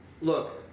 Look